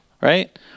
right